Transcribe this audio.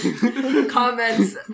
Comments